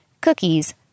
cookies